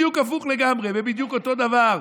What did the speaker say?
בדיוק הפוך לגמרי ובדיוק אותו דבר.